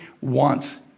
wants